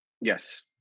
Yes